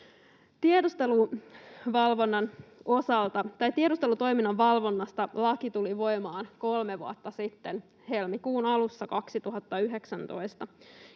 tiedustelutoiminnan valvonnasta tuli voimaan kolme vuotta sitten helmikuun alussa 2019,